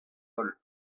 holl